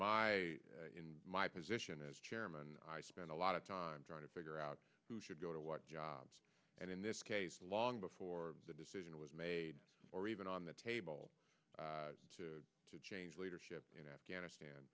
my in my position as chairman i spend a lot of time trying to figure out who should go to what jobs and in this case long before the decision was made or even on the table to change leadership in afghanistan